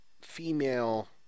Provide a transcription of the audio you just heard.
female